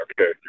Okay